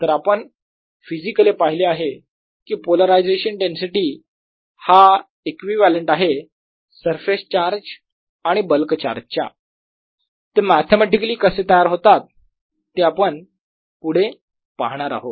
तर आपण फिजिकली पाहिले की पोलरायझेशन डेन्सिटी हा इक्विवलेंट आहे सरफेस चार्ज आणि बल्क चार्ज च्या ते मॅथेमॅटिकली कसे तयार होतात ते आपण पुढे पाहणार आहोत